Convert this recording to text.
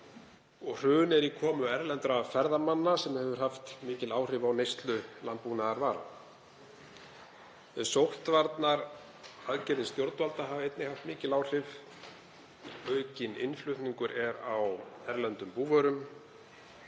og hrun er í komu erlendra ferðamanna sem hefur haft mikil áhrif á neyslu á landbúnaðarvörum. Sóttvarnaaðgerðir stjórnvalda hafa einnig haft mikil áhrif. Aukinn innflutningur er á erlendum búvörum,